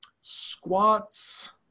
Squats